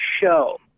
show